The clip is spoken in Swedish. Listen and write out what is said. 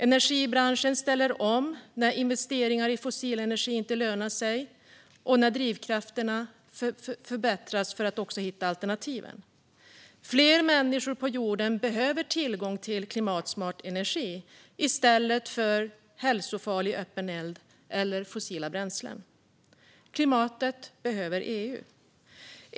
Energibranschen ställer om när investeringar i fossil energi inte lönar sig och när drivkrafterna för att hitta alternativen förstärks. Fler människor på jorden behöver tillgång till klimatsmart energi i stället för hälsofarlig öppen eld och fossila bränslen. Klimatet behöver EU.